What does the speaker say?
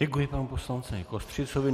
Děkuji panu poslanci Kostřicovi.